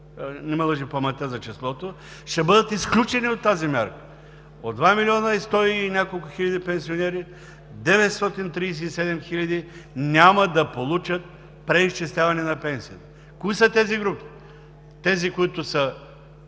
ме лъже паметта за числото, ще бъдат изключени от тази мярка. От 2 млн. 100 и няколко хиляди пенсионери, 937 хиляди няма да получат преизчисляване на пенсията. Кои са тези групи? – Тези, които са